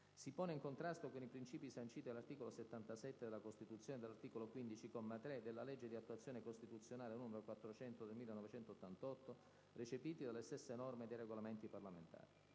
si pone in contrasto con i principi sanciti dall'articolo 77 della Costituzione e dall'articolo 15, comma 3, della legge di attuazione costituzionale n. 400 del 1988, recepiti dalle stesse norme dei regolamenti parlamentari.